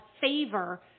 favor